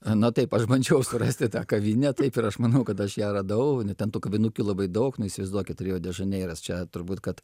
na taip aš bandžiau surasti tą kavinę taip ir aš manau kad aš ją radau ten tų kavinukių labai daug na įsivaizduokit rio de žaneiras čia turbūt kad